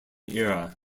era